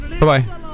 Bye-bye